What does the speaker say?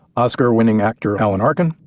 oscar winning acting alan arkin,